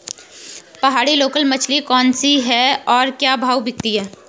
पहाड़ी लोकल मछली कौन सी है और क्या भाव बिकती है?